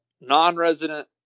non-resident